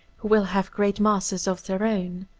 who will have great masters of their own.